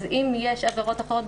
אם יש עבירות אחרות,